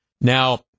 Now